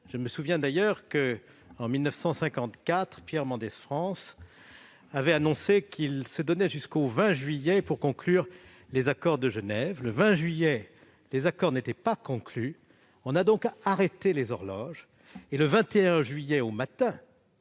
Je me souviens d'ailleurs que, en 1954, Pierre Mendès France avait annoncé qu'il se donnait jusqu'au 20 juillet pour conclure les accords de Genève. Le jour venu, ceux-ci ne l'étaient pas encore : on a donc arrêté les horloges jusqu'au matin